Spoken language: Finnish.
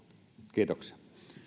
kiitoksia